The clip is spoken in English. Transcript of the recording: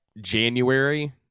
January